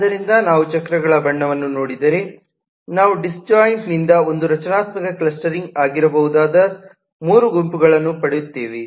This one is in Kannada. ಆದ್ದರಿಂದ ನಾವು ಚಕ್ರಗಳ ಬಣ್ಣವನ್ನು ನೋಡಿದರೆ ನಾವು ಡಿಸ್ ಪಾಯಿಂಟ್ ನಿಂದಒಂದು ರಚನಾತ್ಮಕ ಕ್ಲಸ್ಟರಿಂಗ್ ಆಗಿರಬಹುದಾದ ಮೂರು ಗುಂಪುಗಳನ್ನು ಪಡೆಯುತ್ತೇವೆ